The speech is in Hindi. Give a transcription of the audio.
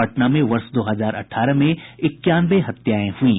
पटना में वर्ष दो हजार अठारह में इक्यानवे हत्याएं हुईं